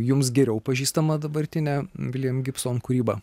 jums geriau pažįstama dabartinė william gibson kūryba